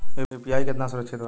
UPI कितना सुरक्षित बा?